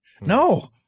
no